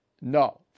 no